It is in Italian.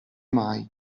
mai